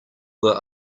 were